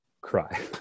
cry